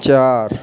ચાર